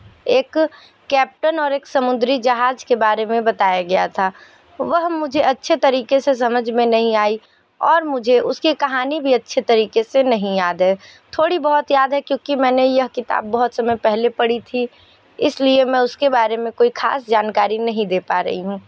एक कैप्टन और एक समुद्री जहाज़ के बारे में बताया गया था वह मुझे अच्छे तरीके से समझ में नहीं आई और मुझे उसकी कहानी भी अच्छे तरीके से नहीं याद है थोड़ी बहुत याद है क्योंकि मैंने यह किताब बहुत समय पहले पढ़ी थी इसलिए मैं उसके बारे में कोई खास जानकारी नहीं दे पा रही हूँ